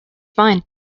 fine